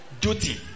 duty